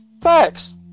Facts